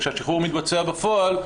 כאשר השחרור מתבצע בפועל,